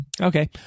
Okay